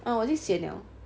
uh 我就 sian liao